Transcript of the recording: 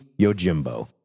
yojimbo